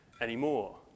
anymore